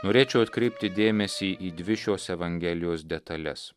norėčiau atkreipti dėmesį į dvi šios evangelijos detales